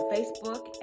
Facebook